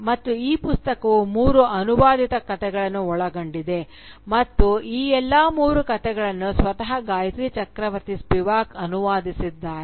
ಮತ್ತು ಈ ಪುಸ್ತಕವು ಮೂರು ಅನುವಾದಿತ ಕಥೆಗಳನ್ನು ಒಳಗೊಂಡಿದೆ ಮತ್ತು ಈ ಎಲ್ಲಾ ಮೂರು ಕಥೆಗಳನ್ನು ಸ್ವತಃ ಗಾಯತ್ರಿ ಚಕ್ರವರ್ತಿ ಸ್ಪಿವಾಕ್ ಅನುವಾದಿಸಿದ್ದಾರೆ